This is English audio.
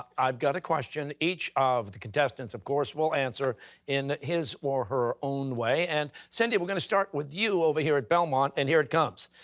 i've got a question each of the contestants, of course, will answer in his or her own way. and cindy, we're going to start with you over here at belmont, and here it comes.